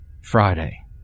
Friday